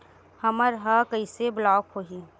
हमर ह कइसे ब्लॉक होही?